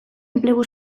enplegu